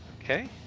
Okay